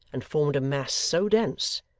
and formed a mass so dense,